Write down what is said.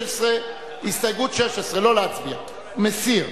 הסתייגות 16, לא להצביע, מסיר.